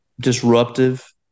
disruptive